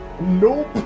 Nope